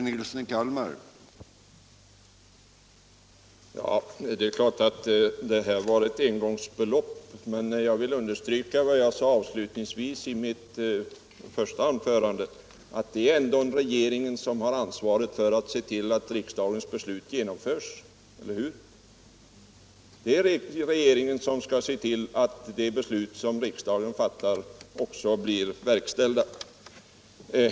Herr talman! Det är klart att detta var ett engångsbelopp. Men jag vill understryka vad jag sade avslutningsvis i mitt första anförande, att det ändå är regeringen som har ansvaret för att se till att de beslut som riksdagen fattar också blir verkställda.